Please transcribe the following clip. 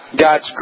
God's